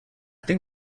think